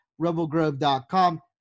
RebelGrove.com